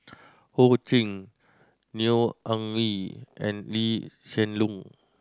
Ho Ching Neo Anngee and Lee Hsien Loong